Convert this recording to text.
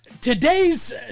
today's